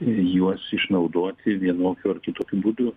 juos išnaudoti vienokiu ar kitokiu būdu